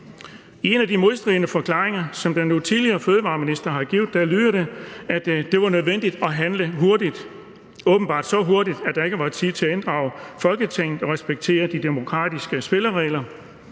I en af de modstridende forklaringer, som den nu tidligere fødevareminister har givet, lyder det, at det var nødvendigt at handle hurtigt – åbenbart så hurtigt, at der ikke var tid til at inddrage Folketinget og respektere de demokratiske spilleregler.